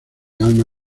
alma